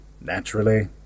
naturally